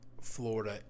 Florida